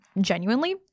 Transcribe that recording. Genuinely